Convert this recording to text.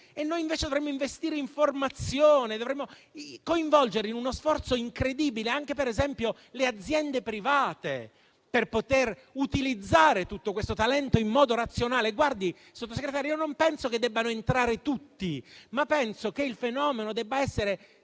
Noi, invece, dovremmo investire in formazione e coinvolgere in uno sforzo incredibile anche le aziende private, per poter utilizzare tutto questo talento in modo razionale. Signor Sottosegretario, io non penso che debbano entrare tutti, ma che il fenomeno debba essere